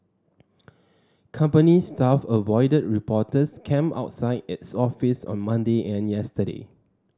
company staff avoided reporters camped outside its office on Monday and yesterday